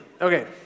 Okay